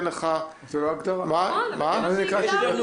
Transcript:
מה נקרא שגרתי ומה לא?